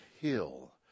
hill